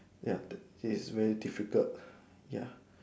ya the it is very difficult ya